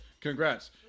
congrats